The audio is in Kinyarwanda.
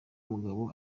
umugabo